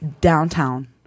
downtown